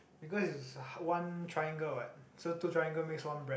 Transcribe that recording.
because is one triangle what so two triangle makes one bread